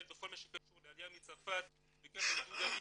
בכל מה שקשור לעליה מצרפת וגם בעידוד עליה,